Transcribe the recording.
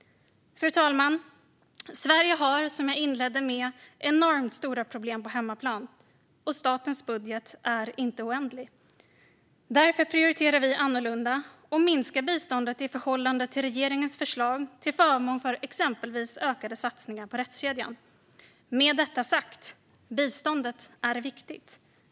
Fru talman! Sverige har, som jag inledde med, enormt stora problem på hemmaplan, och statens budget är inte oändlig. Därför prioriterar vi annorlunda och minskar biståndet i förhållande till regeringens förslag till förmån för exempelvis ökade satsningar på rättskedjan. Med detta sagt är biståndet viktigt.